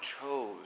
chose